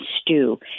stew